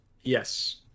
Yes